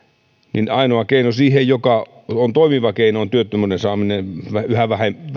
niin ainoa toimiva keino siihen on työttömyyden saaminen yhä